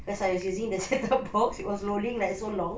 cause I was using the set-up box it was loading like so long